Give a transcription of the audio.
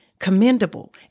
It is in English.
commendable